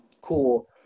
cool